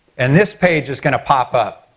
and this page is going to pop up.